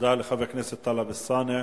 תודה לחבר הכנסת טלב אלסאנע.